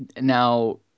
Now